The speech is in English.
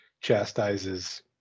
chastises